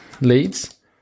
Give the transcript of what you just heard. Leads